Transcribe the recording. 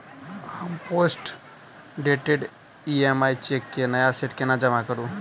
हम postdated EMI cheque केँ नया सेट केना जमा करू?